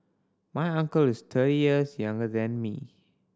my uncle is thirty years younger than me